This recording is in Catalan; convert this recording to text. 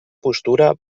postura